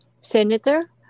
senator